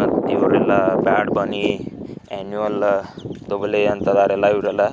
ಮತ್ತು ಇವರೆಲ್ಲ bad bunny Anuel ಆ ದೊಗಲೇ ಅಂತ ಇದಾರೆ ಎಲ್ಲ ಇವರೆಲ್ಲ